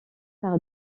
par